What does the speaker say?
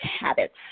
habits